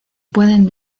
pueden